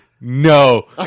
no